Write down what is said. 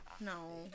no